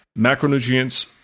Macronutrients